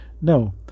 No